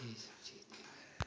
यही सब चीज़ है